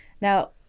Now